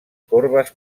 corbes